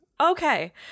okay